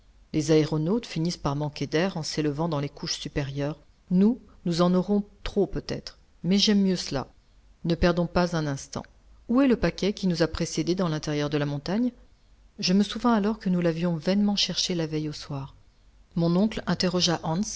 les aéronautes finissent par manquer d'air en s'élevant dans les couches supérieures nous nous en aurons trop peut-être mais j'aime mieux cela ne perdons pas un instant où est le paquet qui nous a précédés dans l'intérieur de la montagne je me souvins alors que nous l'avions vainement cherché la veille au soir mon oncle interrogea